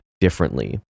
differently